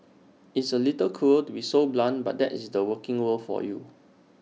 it's A little cruel to be so blunt but that's the working world for you